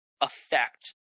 affect